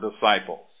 disciples